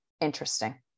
interesting